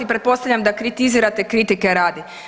Pretpostavljam da kritizirate kritike radi.